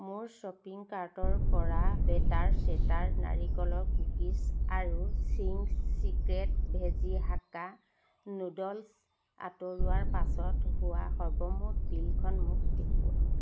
মোৰ শ্বপিং কাৰ্টৰ পৰা বেটাৰ চেটাৰ নাৰিকলৰ কুকিছ আৰু Ching's secret veg hakka noodles আঁতৰোৱাৰ পাছত হোৱা সৰ্বমুঠ বিলখন মোক দেখুওৱা